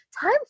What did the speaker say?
Time